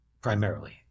primarily